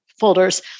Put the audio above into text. folders